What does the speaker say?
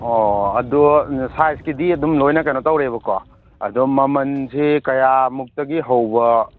ꯑꯣ ꯑꯗꯨ ꯁꯥꯏꯖꯀꯤꯗꯤ ꯑꯗꯨꯝ ꯂꯣꯏꯅ ꯀꯩꯅꯣ ꯇꯧꯔꯦꯕꯀꯣ ꯑꯗꯨꯝ ꯃꯃꯟꯁꯦ ꯀꯌꯥꯃꯨꯛꯇꯒꯤ ꯍꯧꯕ